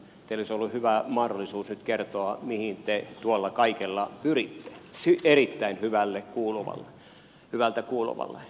teillä olisi ollut hyvä mahdollisuus nyt kertoa mihin te tuolla kaikella erittäin hyvältä kuuluvalla pyritte